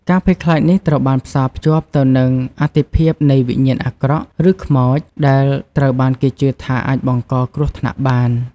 ការភ័យខ្លាចនេះត្រូវបានផ្សារភ្ជាប់ទៅនឹងអត្ថិភាពនៃវិញ្ញាណអាក្រក់ ឬខ្មោច ដែលត្រូវបានគេជឿថាអាចបង្កគ្រោះថ្នាក់បាន ។